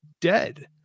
dead